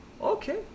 Okay